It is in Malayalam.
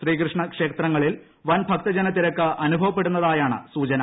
ശ്രീകൃഷ്ണ ക്ഷേത്രങ്ങളിൽ വൻ ഭക്തജന തിരക്ക് അനുഭവപ്പെടുന്നതായാണ് സൂചന